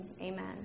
amen